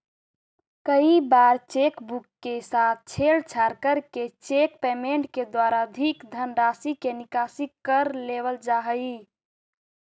कई बार cheque book के साथ छेड़छाड़ करके चेक पेमेंट के द्वारा अधिक धनराशि के निकासी कर लेवल जा हइ